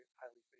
highly